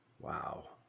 Wow